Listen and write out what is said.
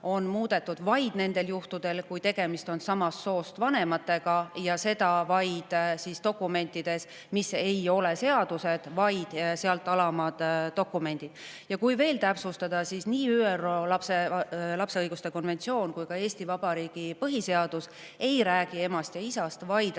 on muudetud vaid nendel juhtudel, kui tegemist on samast soost vanematega, ja seda vaid dokumentides, mis ei ole seadused, vaid neist alamad dokumendid. Ja täpsustan: ÜRO lapse õiguste konventsioonis ja Eesti Vabariigi põhiseaduses ei räägita emast ja isast, vaid